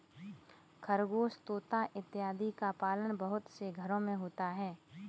खरगोश तोता इत्यादि का पालन बहुत से घरों में होता है